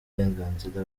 uburenganzira